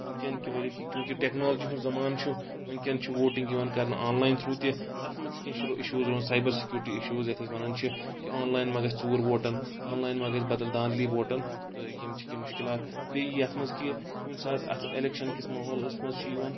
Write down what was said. وٕنکؠن چوٗنٛکہِ ٹیٚکنالجی ہُند زَمانہٕ چھُ وٕنکؠن چھُ ووٹِنگ یِوان کَرنہٕ آنلاین تھروٗ تہِ تَتھ منز تہِ کینٛہہ اِشوٗوٕز یِوان سایبَر سِکیورِٹی اِشوٗوٕز یَتھ أسۍ وَنان چھِ کہِ آنلاین مہ گژھِ ژوٗر ووٹن آنلاین مہ گژھِ بَدل داندلی ووٹن تہٕ یِم چھ کینٛہہ مُشکِلات بیٚیہِ یَتھ منز کہِ کُنہِ ساتہٕ اَتھ اؠلَکشن کِس ماحولَس منٛز چھُ یِوان